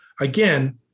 again